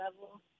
level